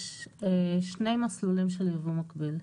יש שני מסלולים של יבוא מקביל.